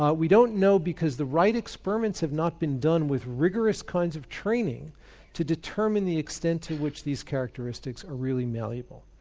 um we don't know because the right experiments have not been done with rigorous kinds of training to determine the extent to which these characteristics are really malleable.